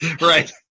Right